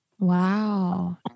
Wow